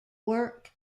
work